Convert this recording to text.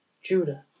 Judah